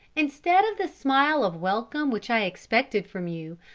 instead of the smile of welcome which i expected from you,